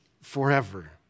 forever